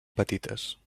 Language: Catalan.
petites